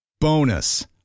Bonus